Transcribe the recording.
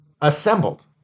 assembled